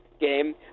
game